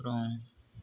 அப்புறம்